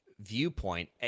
viewpoint